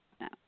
no